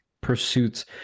pursuits